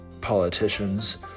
politicians